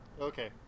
Okay